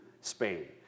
Spain